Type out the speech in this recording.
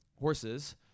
horses